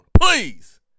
please